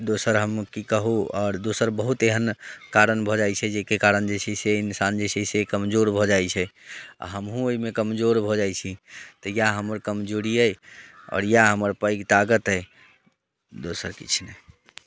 दोसर हम की कहू आओर दोसर बहुत एहन कारण भऽ जाइत छै जाहिके कारण जे छै से इंसान जे छै से कमजोर भऽ जाइत छै आ हमहूँ ओहिमे कमजोर भऽ जाइत छी तऽ इएह हमर कमजोरी अइ आओर इएह हमर पैघ ताकत अछि दोसर किछु नहि